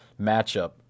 matchup